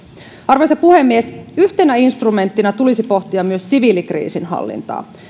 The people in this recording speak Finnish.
arvoisa puhemies yhtenä instrumenttina tulisi pohtia myös siviilikriisinhallintaa